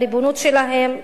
בריבונות שלהם,